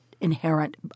inherent